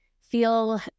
feel